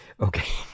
Okay